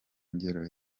ngero